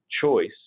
choice